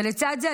ולצד זה,